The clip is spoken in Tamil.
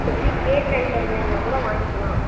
மற்றபடி கேக் ஐட்டம் வேணுன்னால் கூட வாங்கிக்கலாம்